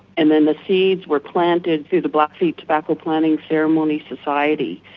and then the seeds were planted through the blackfeet tobacco planting ceremony society.